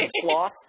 Sloth